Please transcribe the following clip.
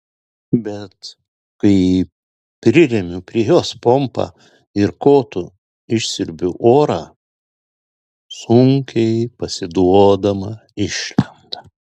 bet kai priremiu prie jos pompą ir kotu išsiurbiu orą sunkiai pasiduodama išlenda